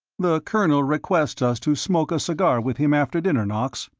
the colonel requests us to smoke a cigar with him after dinner, knox,